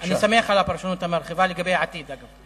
אני שמח על הפרשנות המרחיבה לגבי העתיד, אגב.